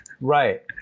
Right